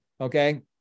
Okay